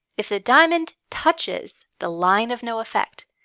if the diamond touches the line of no effect,